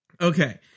Okay